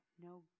No